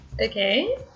Okay